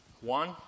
one